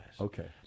Okay